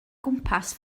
gwmpas